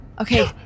Okay